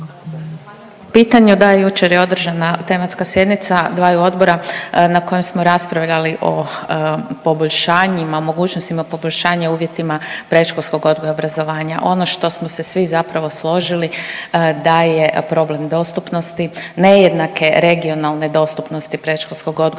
Pitanje da, jučer je održana tematska sjednica dvaju odbora na kojem smo raspravljali o poboljšanjima, mogućnostima poboljšanja u uvjetima predškolskog odgoja i obrazovanja. Ono što smo se svi zapravo složili da je problem dostupnosti, nejednake regionalne dostupnosti predškolskog odgoja